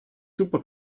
super